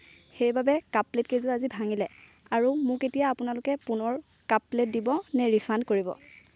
সেইবাবে কাপ প্লেটকেইযোৰ আজি ভাঙিলে আৰু মোক এতিয়া আপোনালোকে পুনৰ কাপ প্লেট দিব নে ৰিফাণ্ড কৰিব